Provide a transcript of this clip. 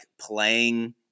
playing